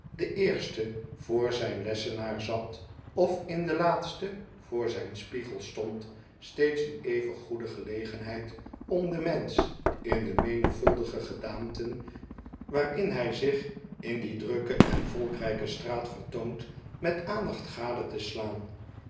de eerste voor zijn lessenaar zat of in de laatste voor zijn spiegel stond steeds een even goede gelegenheid om den mensch in de menigvuldige gedaanten waarin hij zich in die drukke en volkrijke straat vertoont met aandacht gade te slaan